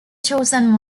chosen